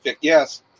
Yes